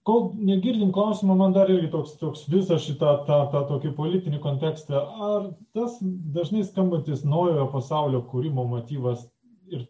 kol negirdim klausimo man dar irgi toks toks vis aš į tą tokį politinį kontekstą ar tas dažnai skambantis naujojo pasaulio kūrimo motyvas ir